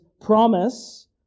promise